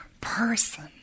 person